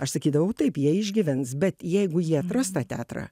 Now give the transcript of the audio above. aš sakydavau taip jie išgyvens bet jeigu jie atras tą teatrą